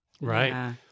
Right